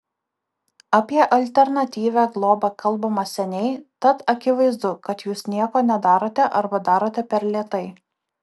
apie alternatyvią globą kalbama seniai tad akivaizdu kad jūs nieko nedarote arba darote per lėtai